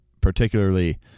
particularly